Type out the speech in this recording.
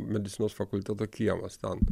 medicinos fakulteto kiemas ten